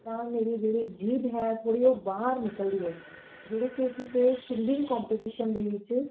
ਤਾਂ ਮੇਰੀ ਜਿਹੜੀ ਜੀਭ ਹੈ ਥੋੜ੍ਹੀ ਉਹ ਬਾਹਰ ਨਿਕਲਦੀ ਹੈ ਜਿਹੜੀ ਕਿ ਕਿਸੇ ਸਿੰਗਿੰਗ ਕੋਮਪੀਟੀਸ਼ਨ ਦੇ ਵਿੱਚ